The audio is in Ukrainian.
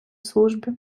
службі